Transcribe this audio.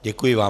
Děkuji vám.